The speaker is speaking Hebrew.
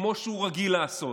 כמו שהוא רגיל לעשות.